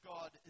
God